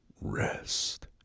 rest